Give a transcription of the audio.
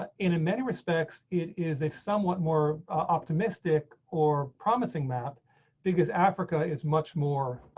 ah in and many respects, it is a somewhat more optimistic or promising map because africa is much more,